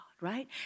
right